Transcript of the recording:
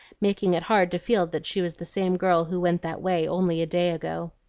making it hard to feel that she was the same girl who went that way only a day ago.